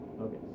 Okay